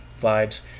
vibes